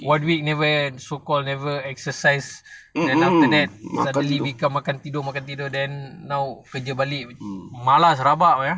one week never so call never exercise then suddenly become makan tidur makan tidur then now kerja balik malas rabak eh